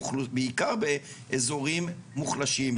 בעיקר באיזורים מוחלשים,